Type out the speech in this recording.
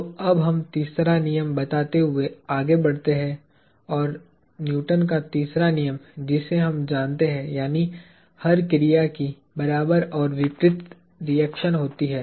तो अब हम तीसरा नियम बताते हुए आगे बढ़ते हैं न्यूटन का तीसरा नियम जिसे हम जानते हैं यानी हर क्रिया की बराबर और विपरीत रिएक्शन होती है